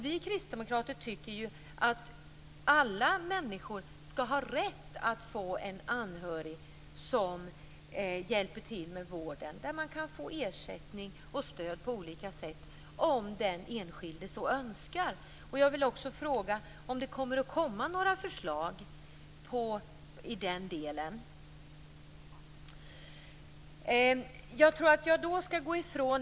Vi kristdemokrater tycker att alla människor skall ha rätt att kunna få en anhörig som hjälper till med vården, med ersättning och stöd på olika sätt om den enskilde så önskar. Kommer det några förslag i den delen?